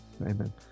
Amen